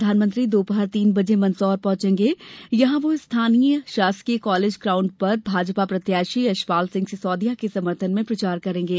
प्रधानमंत्री दोपहर तीन बजे मंदसौर पहॅचेंगे जहां वो स्थानीय शासकीय कॉलेज ग्राउण्ड पर भाजपा प्रत्याशी यशपाल सिंह सिसोदिया के समर्थन में प्रचार करेंगे